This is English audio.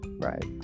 right